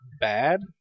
bad